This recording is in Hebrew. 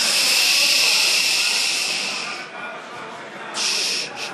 125 הוסרה, 126 הוסרה, 127 הוסרה, 128 הוסרה.